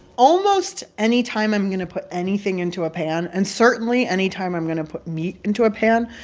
almost any time i'm going to put anything into a pan, and certainly any time i'm going to put meat into a pan,